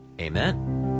Amen